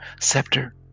scepter